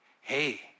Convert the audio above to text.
hey